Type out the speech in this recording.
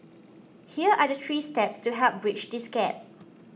here are the three steps to help bridge this gap